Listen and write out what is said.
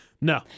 No